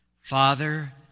Father